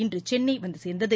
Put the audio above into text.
இன்று சென்னை வந்து சேர்ந்தது